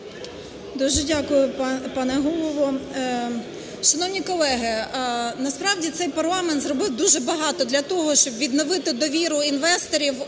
Дуже дякую, пане Голово. Шановні колеги, насправді цей парламент зробив дуже багато для того, щоб відновити довіру інвесторів